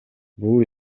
бул